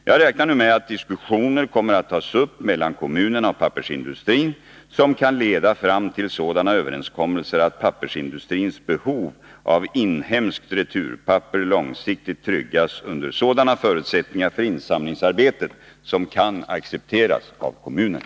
Jag räknar nu med att diskussioner kommer att tas upp mellan kommunerna och pappersindustrin som kan leda fram till sådana överenskommelser att pappersindustrins behov av inhemskt returpapper långsiktigt tryggas under sådana förutsättningar för insamlingsarbetet som kan accepteras av kommunerna.